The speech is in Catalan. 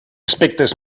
aspectes